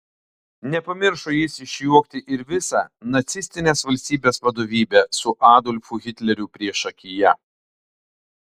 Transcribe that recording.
nepamiršo jis išjuokti ir visą nacistinės valstybės vadovybę su adolfu hitleriu priešakyje